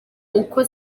uko